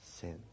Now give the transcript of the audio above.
sin